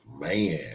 man